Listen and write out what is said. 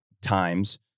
times